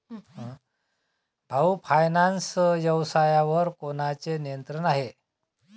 भाऊ फायनान्स व्यवसायावर कोणाचे नियंत्रण आहे?